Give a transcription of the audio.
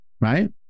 right